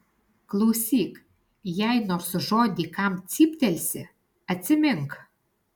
klausyk jei nors žodį kam cyptelsi atsimink